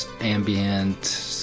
ambient